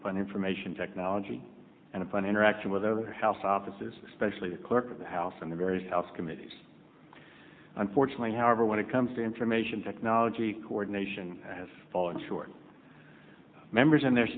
upon information technology and a fun interaction with other house offices especially the clerk of the house and the various house committees unfortunately however when it comes to information technology coordination has fallen short members and their